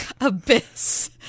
abyss